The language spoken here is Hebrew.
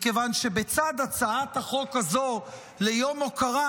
מכיוון שבצד הצעת החוק הזו ליום הוקרה